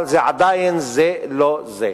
אבל עדיין זה לא זה.